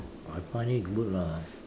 I find it good lah